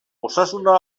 osasuna